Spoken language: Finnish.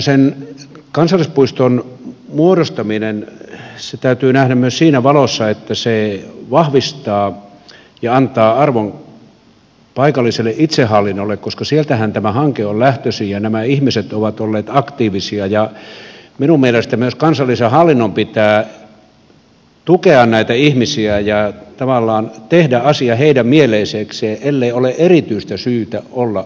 tämmöisen kansallispuiston muodostaminen täytyy nähdä myös siinä valossa että se vahvistaa ja antaa arvon paikalliselle itsehallinnolle koska sieltähän tämä hanke on lähtöisin ja nämä ihmiset ovat olleet aktiivisia ja minun mielestäni myös kansallisen hallinnon pitää tukea näitä ihmisiä ja tavallaan tehdä asia heidän mieleisekseen ellei ole erityistä syytä olla tekemättä